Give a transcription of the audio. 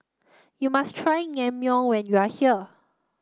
you must try Naengmyeon when you are here